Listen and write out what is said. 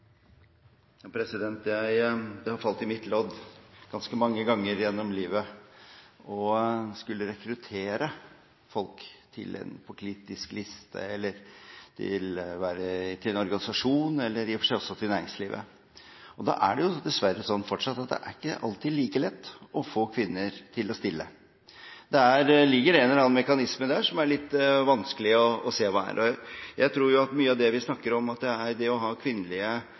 Det har falt i min lodd ganske mange ganger gjennom livet å skulle rekruttere folk til å stå på en politisk liste, til en organisasjon eller i og for seg også til næringslivet. Da er det dessverre slik fortsatt at det ikke alltid er like lett å få kvinner til å stille. Det ligger en eller annen mekanisme der som er litt vanskelig å se hva er. Jeg tror at mye av det vi snakker om – det å ha kvinnelige rolleforbilder – er kjempeviktig. Slik sett tror jeg at det